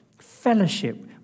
Fellowship